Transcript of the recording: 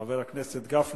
חבר הכנסת לוין,